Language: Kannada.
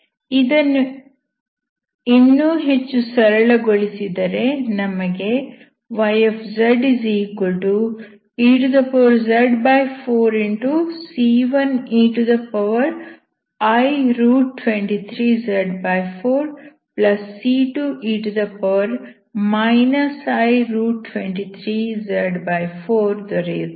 ಇದನ್ನು ಇನ್ನೂ ಹೆಚ್ಚು ಸರಳಗೊಳಿಸಿದರೆ ನಮಗೆ yzez4c1ei23z4c2e i23z4 ದೊರೆಯುತ್ತದೆ